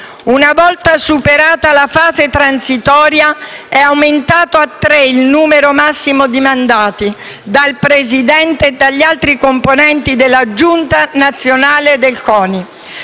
Una volta superata la fase transitoria, è aumentato a tre il numero massimo di mandati del presidente e degli altri componenti della giunta nazionale del CONI.